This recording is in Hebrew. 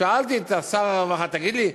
שאלתי את שר הרווחה: תגיד לי,